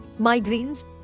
migraines